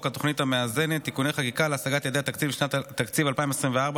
התוכנית המאזנת (תיקוני חקיקה להשגת יעדי התקציב לשנת התקציב 2024),